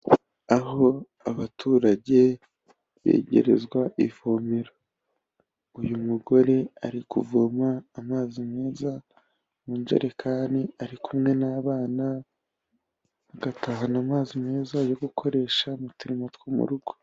Aho abaturage begerezwa ivomero. Uyu mugore ari kuvoma amazi meza mu njerekani ari kumwe n'abana, agatahana amazi meza yo gukoresha mu turimo two mu rugo.